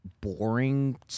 boring